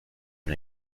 and